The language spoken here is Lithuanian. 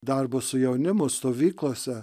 darbo su jaunimu stovyklose